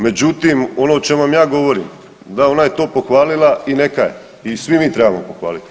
Međutim, ono o čemu vam ja govorim da ona je to pohvalila i neka je i svi mi trebamo pohvaliti.